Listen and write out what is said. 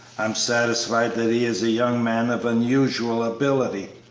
i'm satisfied that he is a young man of unusual ability,